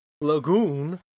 Lagoon